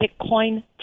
Bitcoin